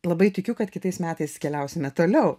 labai tikiu kad kitais metais keliausime toliau